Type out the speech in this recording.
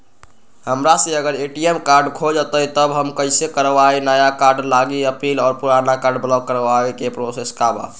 हमरा से अगर ए.टी.एम कार्ड खो जतई तब हम कईसे करवाई नया कार्ड लागी अपील और पुराना कार्ड ब्लॉक करावे के प्रोसेस का बा?